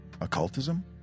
occultism